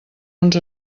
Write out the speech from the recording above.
uns